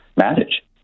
manage